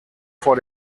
vor